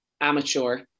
amateur